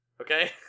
Okay